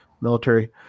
military